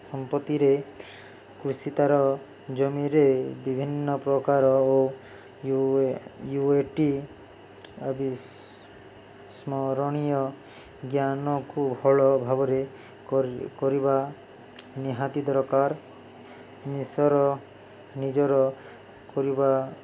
ସମ୍ପତିରେ କୃଷି ତା'ର ଜମିରେ ବିଭିନ୍ନପ୍ରକାର ଓ ୟୁ ୟୁ ଏ ଟି ଆଦି ସ୍ମରଣୀୟ ଜ୍ଞାନକୁ ହଳ ଭାବରେ କରିବା ନିହାତି ଦରକାର ନିଜର କରିବା